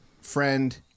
friend